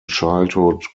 childhood